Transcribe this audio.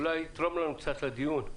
אולי יתרום לנו קצת לדיון.